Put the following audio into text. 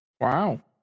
Wow